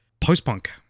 post-punk